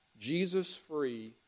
Jesus-free